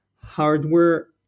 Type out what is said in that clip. hardware